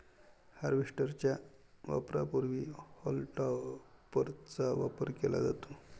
harvester च्या वापरापूर्वी हॉल टॉपरचा वापर केला जातो